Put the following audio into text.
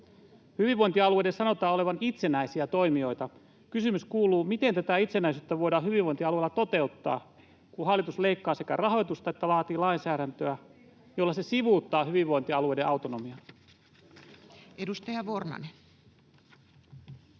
Hyvinvointialueiden sanotaan olevan itsenäisiä toimijoita. Kysymys kuuluu, miten tätä itsenäisyyttä voidaan hyvinvointialueilla toteuttaa, kun hallitus leikkaa sekä rahoitusta että vaatii lainsäädäntöä, jolla se sivuuttaa hyvinvointialueiden autonomian.